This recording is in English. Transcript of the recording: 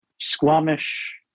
Squamish